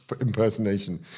impersonation